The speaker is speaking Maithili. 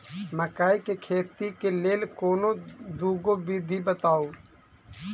मकई केँ खेती केँ लेल कोनो दुगो विधि बताऊ?